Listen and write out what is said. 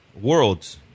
worlds